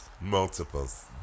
Multiples